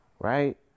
right